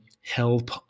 help